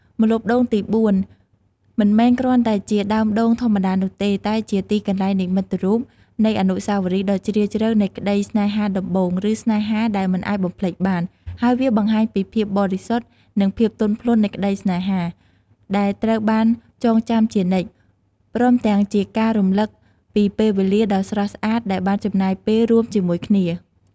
ម្លប់ដូងទីបួ មិនមែនគ្រាន់តែជាដើមដូងធម្មតានោះទេ តែជាទីកន្លែងនិមិត្តរូបនៃអនុស្សាវរីយ៍ដ៏ជ្រាលជ្រៅនៃក្តីស្នេហាដំបូង ឬស្នេហាដែលមិនអាចបំភ្លេចបាន ហើយវាបង្ហាញពីភាពបរិសុទ្ធ និងភាពទន់ភ្លន់នៃក្តីស្នេហា ដែលត្រូវបានចងចាំជានិច្ច ព្រមទាំងជាការរំលឹកពីពេលវេលាដ៏ស្រស់ស្អាតដែលបានចំណាយពេលរួមជាមួយគ្នា។